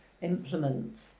Implement